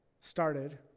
started